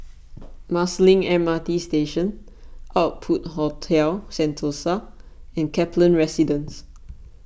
Marsiling M R T Station Outpost Hotel Sentosa and Kaplan Residence